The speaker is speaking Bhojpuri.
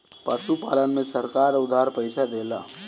पशुपालन में सरकार उधार पइसा देला?